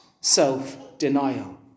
self-denial